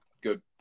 good